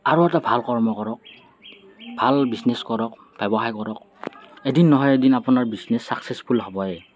আৰু এটা ভাল কৰ্ম কৰক ভাল বিজনেছ কৰক ব্যৱসায় কৰক এদিন নহয় এদিন আপোনাৰ বিজনেছ চাক্সেছফুল হ'বই